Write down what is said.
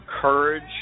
courage